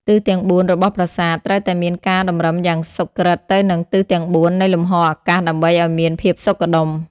ទិសទាំងបួនរបស់ប្រាសាទត្រូវតែមានការតម្រឹមយ៉ាងសុក្រិតទៅនឹងទិសទាំងបួននៃលំហអាកាសដើម្បីឲ្យមានភាពសុខដុម។